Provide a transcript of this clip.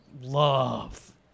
love